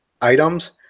items